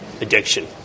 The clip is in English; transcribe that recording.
addiction